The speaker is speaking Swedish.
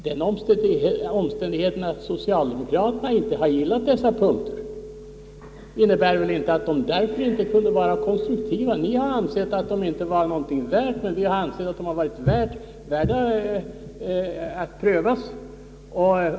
Den omständigheten att socialdemokraterna inte har gillat dessa punkter innebär väl inte att våra förslag därför inte skulle vara konstruktiva! Regeringssidan kan anse att ce inte är någonting värda, men vi har tyckt att de är värda att pröva.